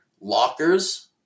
lockers